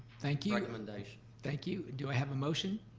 thank you, like um and thank you. do i have a motion?